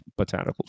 botanicals